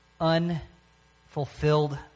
unfulfilled